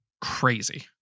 crazy